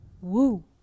Woo